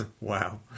Wow